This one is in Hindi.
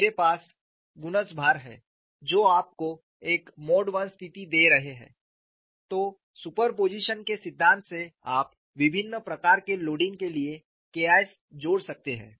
मेरे पास गुणज भार हैं जो आपको एक मोड I स्थिति दे रहे हैं तो सुपरपोजिशन के सिद्धांत से आप विभिन्न प्रकार के लोडिंग के लिए K Is जोड़ सकते हैं